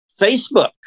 Facebook